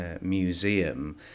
museum